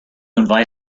invite